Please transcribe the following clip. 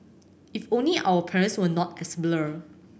if only our parents were not as blur